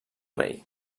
rei